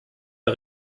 die